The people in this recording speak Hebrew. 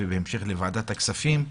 ובהמשך לוועדת הכספים,